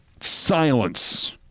Silence